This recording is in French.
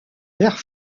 vert